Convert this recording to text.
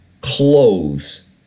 clothes